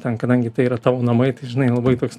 ten kadangi tai yra tavo namai tai žinai labai toks